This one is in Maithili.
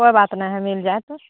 कोइ बात नहि है मिल जाएत